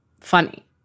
funny